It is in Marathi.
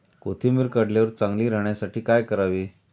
कोथिंबीर काढल्यावर चांगली राहण्यासाठी काय करावे?